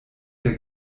der